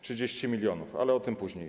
30 mln, ale o tym później.